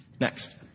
Next